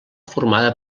formada